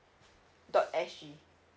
dot S G